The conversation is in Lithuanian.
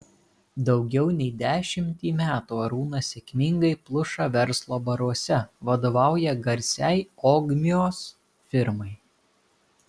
daugiau nei dešimtį metų arūnas sėkmingai pluša verslo baruose vadovauja garsiai ogmios firmai